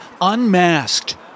unmasked